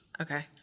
okay